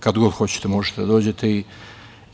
Kad god hoćete možete da dođete.